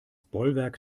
bollwerk